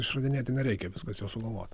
išradinėti nereikia viskas jau sugalvota